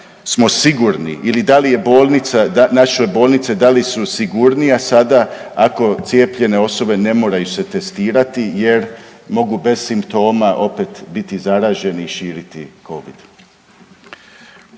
smo sigurni ili da li je bolnica, naše bolnice da li su sigurnije sada ako cijepljenje osobe ne moraju se testirati jer mogu bez simptoma opet biti zaraženi i širiti covid?